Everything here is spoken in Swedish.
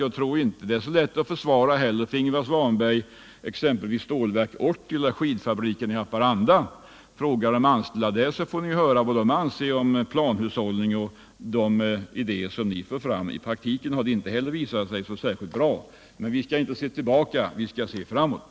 Jag tror inte att Ingvar Svanberg har så lätt att försvara Stålverk 80 och skidfabriken i Haparanda. Fråga de anställda där vad de anser om planhushållning och de idéer ni för fram. I praktiken har det visat sig att de inte fungerar särskilt bra. Men vi skall inte se tillbaka, utan vi skall sc framåt.